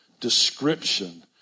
description